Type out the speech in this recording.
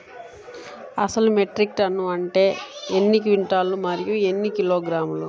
అసలు metric ton అంటే ఎన్ని క్వింటాలు మరియు ఎన్ని కిలోగ్రాములు?